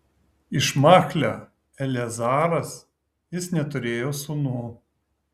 iš machlio eleazaras jis neturėjo sūnų